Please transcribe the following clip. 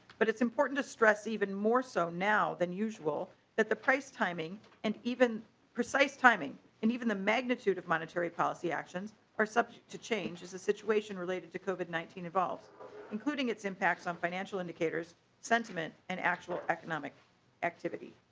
but it's important to stress even more so now than usual at the price timing and even precise timing and even the magnitude of monetary policy actions are subject to change as the situation related to cook at nineteen involved including its impacts on financial indicators sentiment and actual economic activity.